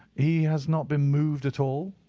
he has not been moved at all?